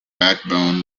backbone